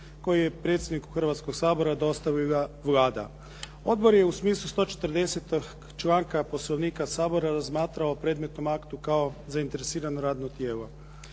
koji je predsjedniku Hrvatskoga sabora dostavila Vlada. Odbor je u smislu 140. članka Poslovnika Sabora razmatrao o predmetnom aktu kao zainteresirano radno tijelo.